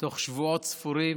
תוך שבועות ספורים